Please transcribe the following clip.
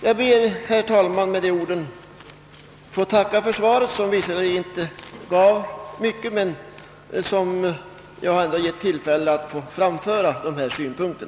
Jag ber, herr talman, med dessa ord att få tacka för svaret, som visserligen inte innehöll mycket men som gav tillfälle att framföra dessa synpunkter.